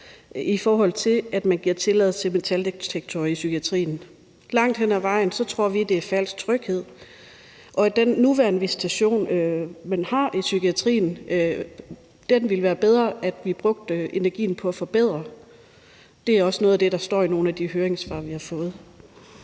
i forhold til at man giver tilladelse til metaldetektorer i psykiatrien. Langt hen ad vejen tror vi, at det er falsk tryghed, og at det vil være bedre at bruge energien på den nuværende visitation, man har i psykiatrien. Det er også noget af det, der står i nogle af de høringssvar, vi har fået.